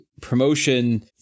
promotion